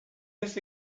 this